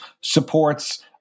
supports